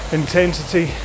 intensity